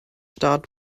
start